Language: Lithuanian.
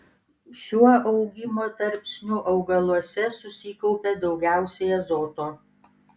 šiuo augimo tarpsniu augaluose susikaupia daugiausiai azoto